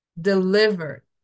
delivered